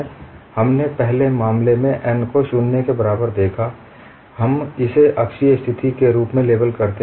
पहले हमने मामले में n को 0 के बराबर देखा हम इसे अक्षीय स्थिति के रूप में लेबल करते हैं